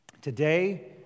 Today